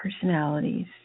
personalities